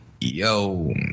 yo